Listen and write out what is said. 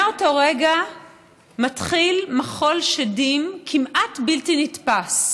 מאותו רגע מתחיל מחול שדים כמעט בלתי נסבל.